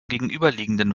gegenüberliegenden